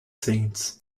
saints